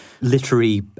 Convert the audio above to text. literary